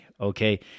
okay